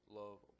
love